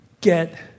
get